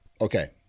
okay